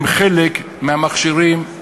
אני יכול להחליף אותו קצת?